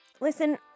Listen